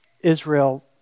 Israel